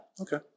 okay